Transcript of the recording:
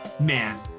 man